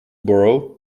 borrow